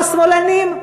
או שמאלנים,